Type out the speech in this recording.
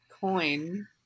Coin